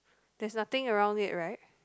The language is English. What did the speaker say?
there's nothing around it right